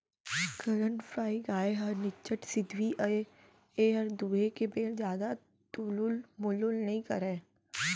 करन फ्राइ गाय ह निच्चट सिधवी अय एहर दुहे के बेर जादा तुलुल मुलुल नइ करय